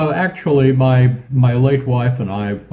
so actually my my late wife and i.